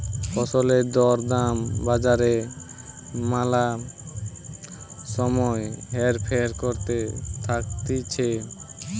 ফসলের দর দাম বাজারে ম্যালা সময় হেরফের করতে থাকতিছে